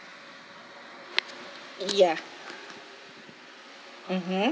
ya mmhmm